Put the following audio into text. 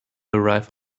arrive